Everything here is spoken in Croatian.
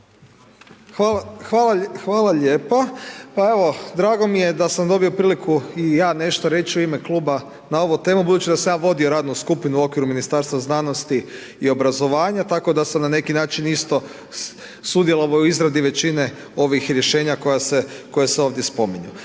Hvala lijepa. Pa evo, drago mi je da sam dobio priliku i ja nešto reći u ime Kluba na ovu temu budući da sam ja vodio radnu skupinu u okviru Ministarstva znanosti i obrazovanja, tako da sam na neki način isto sudjelovao u izradi većine ovih rješenja koja se ovdje spominju.